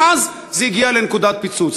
ואז זה הגיע לנקודת פיצוץ.